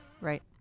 Right